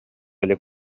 илик